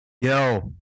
yo